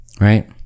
right